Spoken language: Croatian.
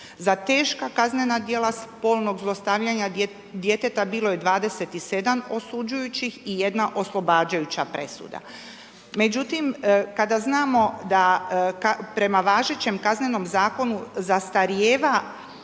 Za teška kaznena djela spolnog zlostavljanja djeteta bilo je 27 osuđujućih i jedna oslobađajuća presuda. Međutim, kada znamo da prema važećem Kaznenom zakonu zastarijeva